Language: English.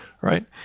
right